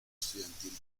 estudiantil